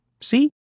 See